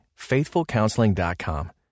FaithfulCounseling.com